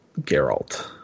Geralt